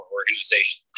organization